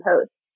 posts